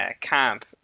camp